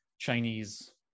Chinese